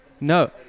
No